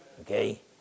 Okay